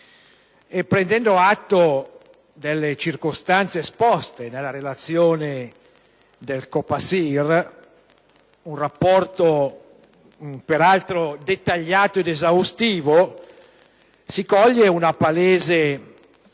Prendendo atto delle circostanze esposte nella relazione del COPASIR, un rapporto peraltro dettagliato ed esaustivo, si coglie una palese